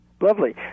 Lovely